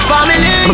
Family